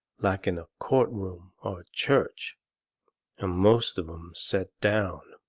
like in a court room or a church, and most of em set down.